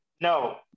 No